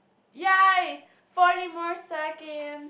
yay forty more second